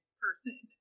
person